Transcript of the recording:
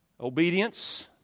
Obedience